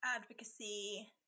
advocacy